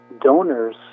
donors